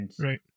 Right